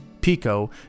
Pico